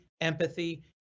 empathy